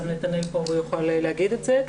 גם נתנאל שנמצא כאן יכול להגיד את זה.